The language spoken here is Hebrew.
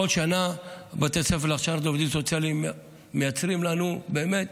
בכל שנה בתי הספר להכשרת עובדים סוציאליים מייצרים לנו באמת